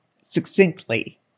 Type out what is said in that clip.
succinctly